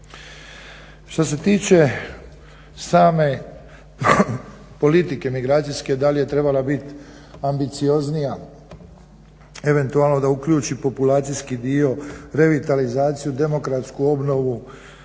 Što se tiče same politike migracijske da li je trebala biti ambicioznija, eventualno da uključi populacijski dio revitalizaciju, demokratsku obnovu,